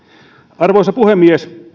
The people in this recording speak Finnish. arvoisa puhemies